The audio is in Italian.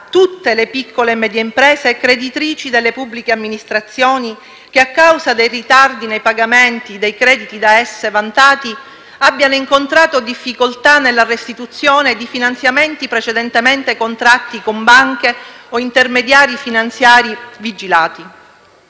tutte le piccole e medie imprese creditrici delle pubbliche amministrazioni che, a causa dei ritardi nei pagamenti dei crediti da esse vantati, abbiano incontrato difficoltà nella restituzione di finanziamenti precedentemente contratti con banche o intermediari finanziari vigilati.